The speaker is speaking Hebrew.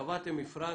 קבעתם מפרט,